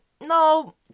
No